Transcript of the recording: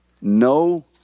No